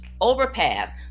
overpass